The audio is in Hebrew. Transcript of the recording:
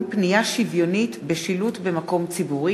הוספת נותני שירות להסעת יולדת),